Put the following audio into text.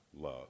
love